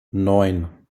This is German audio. neun